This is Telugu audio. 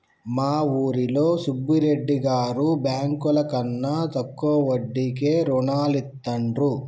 మా ఊరిలో సుబ్బిరెడ్డి గారు బ్యేంకుల కన్నా తక్కువ వడ్డీకే రుణాలనిత్తండ్రు